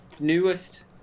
newest